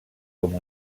com